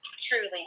truly